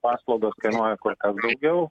paslaugos kainuoja kur kas daugiau